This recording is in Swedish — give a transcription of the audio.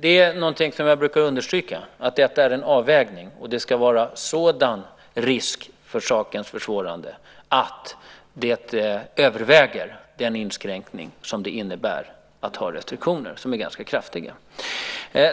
Det är något som jag brukar understryka, att detta är en avvägning. Och det ska vara sådan risk för sakens försvårande att det överväger över den inskränkning som det innebär att ha restriktioner som är ganska kraftiga.